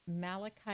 Malachi